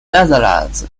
netherlands